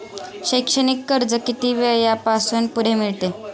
शैक्षणिक कर्ज किती वयापासून पुढे मिळते?